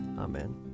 Amen